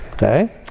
Okay